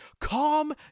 Calm